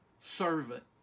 servant